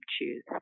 choose